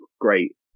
great